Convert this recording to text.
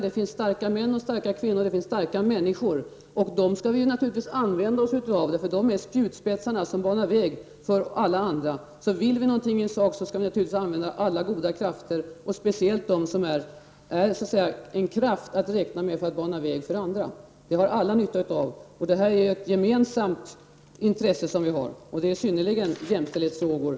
Det finns starka män och starka kvinnor; det finns starka människor — och dem skall vi naturligtvis använda oss av. De är nämligen spjutspetsarna som banar väg för alla andra. Vill vi uppnå någoting i sak skall vi naturligtvis använda alla goda krafter och speciellt dem som så att säga är en kraft att räkna med när det gäller att bana väg för andra. Detta har alla nytta av, det rör sig här om ett gemensamt intresse. Detta är i högsta grad frågor som rör jämställdheten.